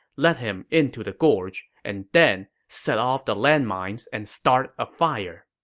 let him into the gorge, and then set off the landmines and start a fire.